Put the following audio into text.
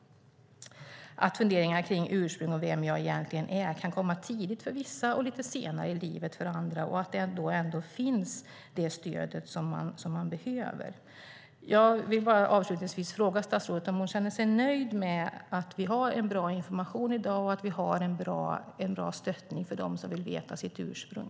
Funderingar på ursprung och på vem man egentligen är kan komma tidigt för vissa och lite senare i livet för andra. Då ska det stöd som man behöver finnas. Avslutningsvis vill jag fråga statsrådet om hon känner sig nöjd med informationen i dag. Är den bra? Och har vi en bra stöttning för dem som vill veta sitt ursprung?